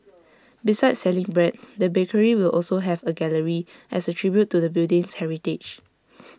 besides selling bread the bakery will also have A gallery as A tribute to the building's heritage